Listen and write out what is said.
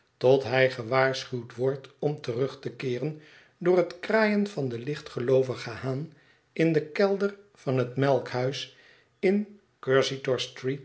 tot hij gewaarschuwd wordt om terug te keeren door het kraaien van den lichtgeloovigen haan in den kelder van het melkhuis in